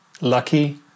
lucky